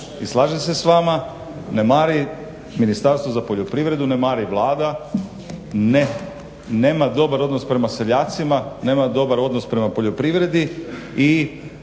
i slažem se s vama, ne mari Ministarstvo za poljoprivredu, ne mari Vlada, ne nema dobar odnos prema seljacima, nema dobar odnos prema poljoprivredi i